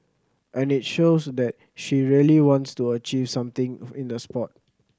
and it shows that she really wants to achieve something in the sport